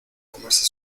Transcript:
comerse